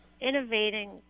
innovating